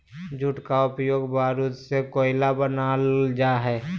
jute का उपयोग बारूद से कोयला बनाल जा हइ